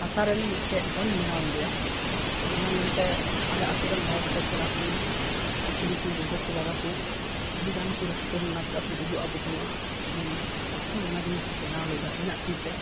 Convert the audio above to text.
ᱦᱟᱥᱟᱨᱮᱱ ᱢᱤᱫᱴᱮᱱ ᱦᱚᱲᱤᱧ ᱵᱮᱱᱟᱣ ᱞᱮᱫᱮᱭᱟ ᱚᱱᱟ ᱧᱮᱞᱛᱮ ᱟᱞᱮ ᱟᱛᱳᱨᱮᱱ ᱦᱚᱲ ᱥᱮ ᱠᱚᱲᱟᱠᱚ ᱥᱮ ᱠᱩᱲᱤᱠᱚ ᱜᱚᱜᱚᱠᱚ ᱵᱟᱵᱟᱠᱚ ᱟᱹᱰᱤᱜᱟᱱ ᱠᱚ ᱨᱟᱹᱥᱠᱟᱹ ᱞᱮᱱᱟ ᱪᱮᱫᱟᱜ ᱥᱤᱧ ᱩᱫᱩᱜ ᱟᱫᱠᱚ ᱛᱮᱦᱮᱱᱚᱜᱼᱟ ᱯᱚᱨᱛᱷᱚᱢ ᱚᱱᱟ ᱡᱤᱱᱤᱥᱤᱧ ᱵᱮᱱᱟᱣ ᱞᱮᱫᱟ ᱤᱧᱟᱹᱜ ᱛᱤᱛᱮ